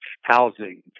housing